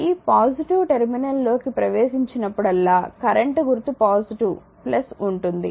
ఈ పాజిటివ్ టెర్మినల్లోకి ప్రవేశించినప్పుడల్లా కరెంట్ గుర్తు పాజిటివ్ ఉంటుంది